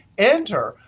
enter,